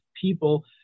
people